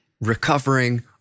recovering